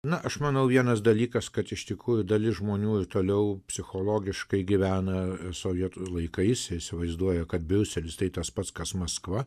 na aš manau vienas dalykas kad iš tikrųjų dalis žmonių ir toliau psichologiškai gyvena sovietų laikais įsivaizduoja kad briuselis tai tas pats kas maskva